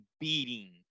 beating